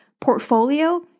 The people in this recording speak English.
portfolio